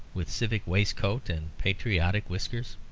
with civic waistcoat and patriotic whiskers.